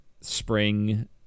spring